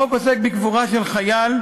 החוק עוסק בקבורה של חייל,